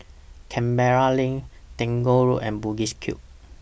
Canberra LINK Tagore Road and Bugis Cube